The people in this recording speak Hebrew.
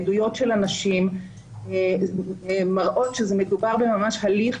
עדויות של אנשים על מראות שמספרות ממש על הליך